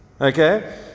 Okay